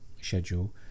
schedule